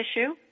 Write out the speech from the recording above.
issue